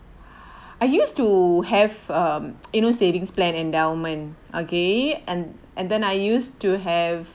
I used to have mm you know savings plan endowment okay and and then I used to have